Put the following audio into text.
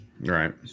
right